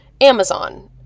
Amazon